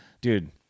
Dude